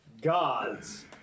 gods